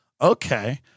Okay